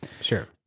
Sure